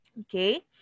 okay